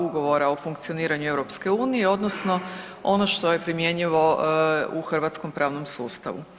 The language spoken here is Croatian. Ugovora o funkcioniranju EU odnosno ono što je primjenjivo u hrvatskom pravnom sustavu.